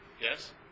Yes